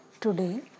Today